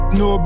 no